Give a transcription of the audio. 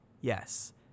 Yes